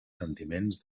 sentiments